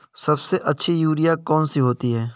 सबसे अच्छी यूरिया कौन सी होती है?